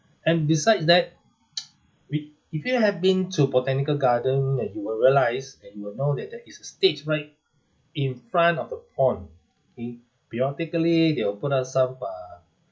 and besides that we if you have been to botanical garden and you will realise and you will know that there is a stage right in front of the pond okay periodically they will put up some uh